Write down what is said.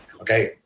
okay